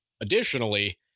additionally